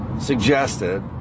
suggested